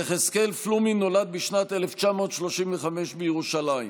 יחזקאל פלומין נולד בשנת 1935 בירושלים.